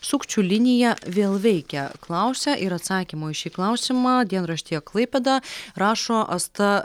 sukčių linija vėl veikia klausia ir atsakymo į šį klausimą dienraštyje klaipėda rašo asta